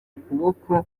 ukuboko